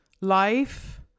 life